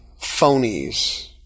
phonies